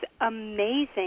amazing